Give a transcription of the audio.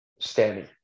standing